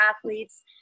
athletes